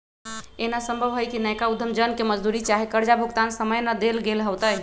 एना संभव हइ कि नयका उद्यम जन के मजदूरी चाहे कर्जा भुगतान समय न देल गेल होतइ